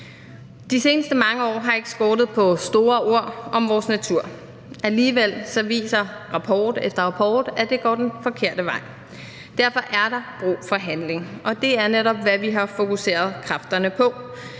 De seneste mange år har det ikke skortet på store ord om vores natur. Alligevel viser rapport efter rapport, at det går den forkerte vej. Derfor er der brug for handling, og det er netop, hvad vi har fokuseret kræfterne på.